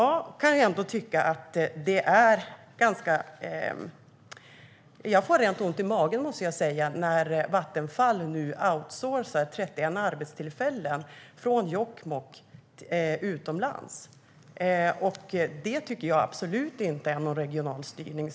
Jag får ont i magen när Vattenfall "outsourcar" 31 arbetstillfällen från Jokkmokk till utlandet. Det är absolut inte regional styrning.